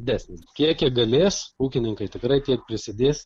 didesnis kiek jie galės ūkininkai tikrai tiek prisidės